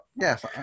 yes